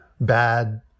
bad